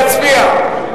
להצביע.